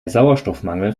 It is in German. sauerstoffmangel